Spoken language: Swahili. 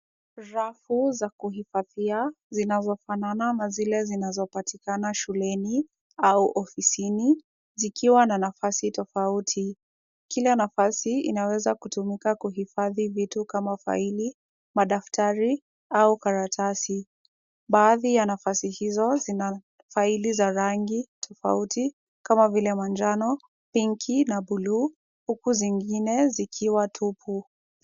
Rafu za kuhifadhia zinazofanana zile zinazopatikana shuleni au ofisini zikiwa na nafasi tofauti. Kila nafasi inaweza kutumika kuhifadhi vitu kama faili, madaftari au karatasi. Baadhi ya nafasi hizo zina faili za rangi tofauti kama vile ya manjano pinki na bluu, huku zingine zikiwa tupu.